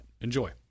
Enjoy